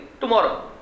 tomorrow